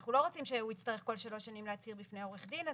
ואנחנו לא רוצים שהוא יצטרך כל שלוש שנים להצהיר בפני עורך דין.